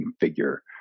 figure